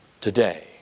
today